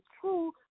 true